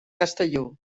castelló